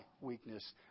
weakness